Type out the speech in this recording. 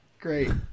Great